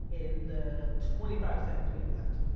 in the twenty five seconds we have left.